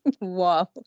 Wow